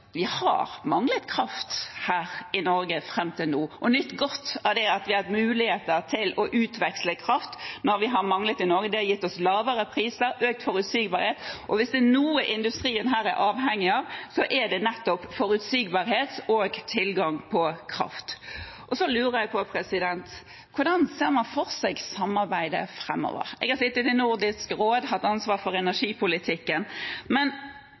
nytt godt av at vi har hatt mulighet til å utveksle kraft når vi har manglet i Norge. Det har gitt oss lavere priser og økt forutsigbarhet. Og hvis det er noe industrien her er avhengig av, er det nettopp forutsigbarhet og tilgang på kraft. Så lurer jeg på: Hvordan ser man for seg samarbeidet framover? Jeg har sittet i Nordisk råd med ansvar for energipolitikken. Men